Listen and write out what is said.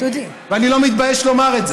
ואני לא מתבייש לומר את זה.